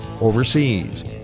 overseas